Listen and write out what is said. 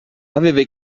aveva